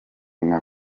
nka